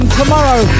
tomorrow